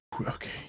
Okay